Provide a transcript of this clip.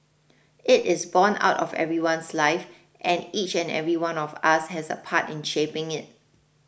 it is borne out of everyone's life and each and every one of us has a part in shaping it